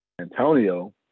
Antonio